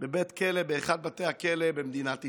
בבית כלא באחד מבתי הכלא במדינת ישראל.